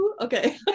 Okay